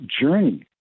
journey